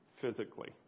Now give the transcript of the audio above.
physically